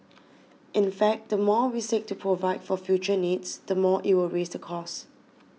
in fact the more we seek to provide for future needs the more it will raise the cost